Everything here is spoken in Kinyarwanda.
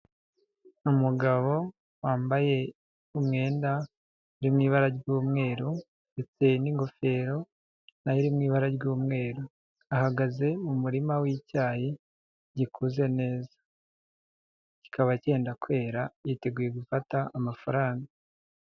Umugabo wambaye umwenda uri mu ibara ry'umweru ndetse n'ingofero nayo iri mu ibara ry'umweru ahagaze mu murima w'icyayi gikuze neza kikaba cyenda kwera yiteguye gufata amafaranga.